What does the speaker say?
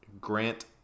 Grant